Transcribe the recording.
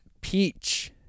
peach